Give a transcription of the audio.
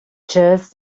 just